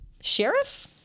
sheriff